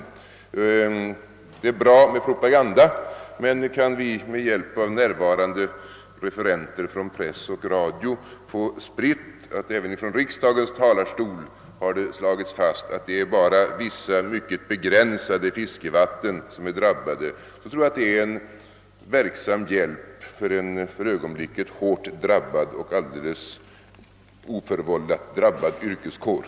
Det är bra med propaganda. Men det vore också bra om vi — med hjälp av närvarande referenter från press och radio — kunde få spritt att det även från riksdagens talarstol har slagits fast att endast vissa begränsade fiskevatten har drabbats. Jag tror att detta skulle vara till effektiv hjälp för en yrkeskår som för ögonblicket — helt oförvållat är mycket hårt drabbad.